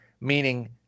meaning